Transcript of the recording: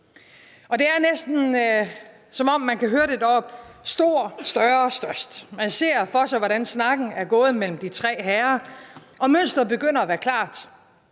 Det er næsten, som om man kan høre det deroppefra: stor, større, størst. Man ser for sig, hvordan snakken er gået mellem de tre herrer, og mønstret begynder at være klart: